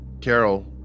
Carol